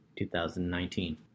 2019